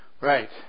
Right